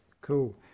Cool